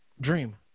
Dream